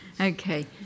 okay